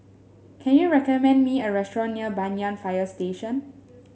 can you recommend me a restaurant near Banyan Fire Station